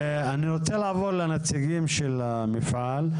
אני רוצה לעבור לנציגים של המפעל,